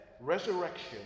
resurrection